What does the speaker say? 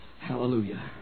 Hallelujah